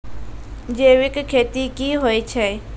जैविक खेती की होय छै?